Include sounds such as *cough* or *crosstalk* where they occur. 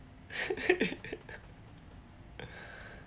*laughs*